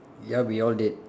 ya we all did